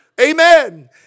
Amen